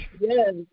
Yes